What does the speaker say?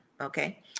okay